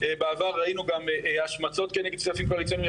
ובעבר ראינו גם השמצות כנגד כספים קואליציוניים,